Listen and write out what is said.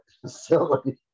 facility